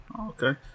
okay